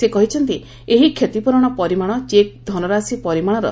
ସେହ କହିଛନ୍ତି ଏହି କ୍ଷତିପୂରଣ ପରିମାଣ ଚେକ୍ର ଧନରାଶି ପରିମାଣର